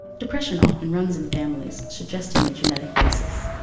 depression often runs in families, suggesting a genetic basis.